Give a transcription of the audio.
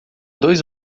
dois